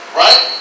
right